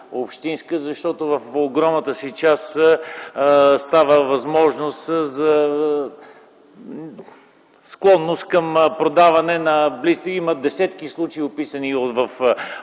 защото в огромната си част се дава възможност за склонност към продаване на близки. Има десетки случаи, описани в последно